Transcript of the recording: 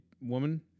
woman